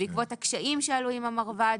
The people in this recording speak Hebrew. בעקבות הקשיים שעלו עם המרב"ד.